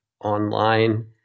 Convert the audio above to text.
online